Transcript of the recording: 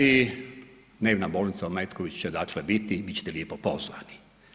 I dnevna bolnica u Metkoviću će dakle biti, biti ćete lijepo pozvani.